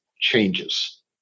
changes